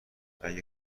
اگه